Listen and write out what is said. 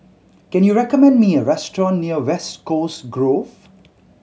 can you recommend me a restaurant near West Coast Grove